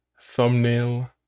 thumbnail